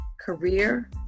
Career